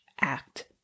act